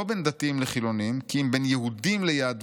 לא 'בין דתיים לחילונים' כי אם בין יהודים ליהדותם,